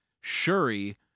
Shuri